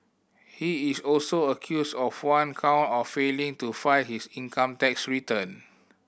he is also accused of one count of failing to file his income tax return